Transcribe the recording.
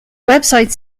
website